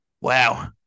wow